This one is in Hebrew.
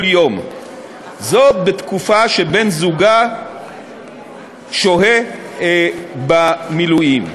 יום בתקופה שבן-זוגה שוהה במילואים.